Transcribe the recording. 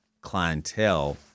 clientele